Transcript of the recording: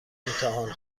امتحان